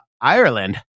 Ireland